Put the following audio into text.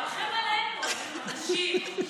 רחם עלינו, חמש דקות.